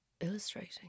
illustrating